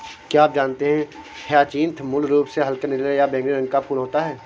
क्या आप जानते है ह्यचीन्थ मूल रूप से हल्के नीले या बैंगनी रंग का फूल होता है